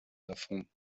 davon